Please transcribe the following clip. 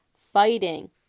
fighting